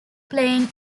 plain